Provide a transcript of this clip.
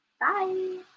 bye